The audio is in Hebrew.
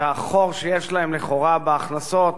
והחור שיש להם לכאורה בהכנסות,